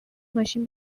ماشین